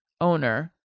owner